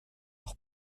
leur